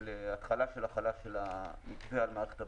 להתחלה של החלה של המתווה על מערכת הבריאות.